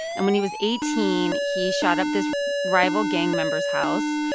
and when he was eighteen, he shot up this rival gang member's house.